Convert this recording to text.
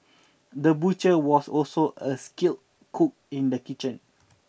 the butcher was also a skilled cook in the kitchen